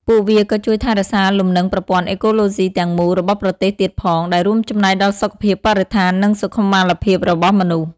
ពួកវាក៏ជួយថែរក្សាលំនឹងប្រព័ន្ធអេកូឡូស៊ីទាំងមូលរបស់ប្រទេសទៀតផង ដែលរួមចំណែកដល់សុខភាពបរិស្ថាន និងសុខុមាលភាពមនុស្ស។